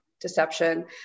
deception